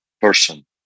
person